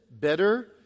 better